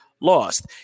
lost